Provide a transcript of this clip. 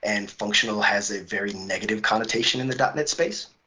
and functional has a very negative connotation in the dot net space.